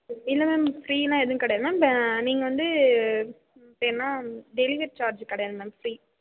இல்லை மேம் ஃப்ரீயெலாம் எதுவும் கிடையாது மேம் நீங்கள் வந்து இது பேர்னா டெலிவரி சார்ஜ் கிடையாது மேம் ஃப்ரீ